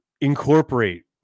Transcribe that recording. incorporate